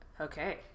Okay